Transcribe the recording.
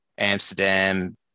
Amsterdam